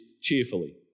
cheerfully